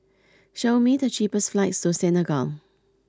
show me the cheapest flights to Senegal